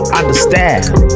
understand